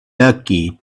lucky